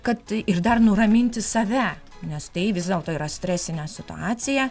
kad ir dar nuraminti save nes tai vis dėlto yra stresinė situacija